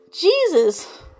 Jesus